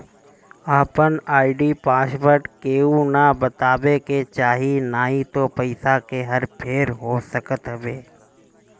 आपन ID password केहू के ना बतावे के चाही नाही त पईसा के हर फेर हो सकत हवे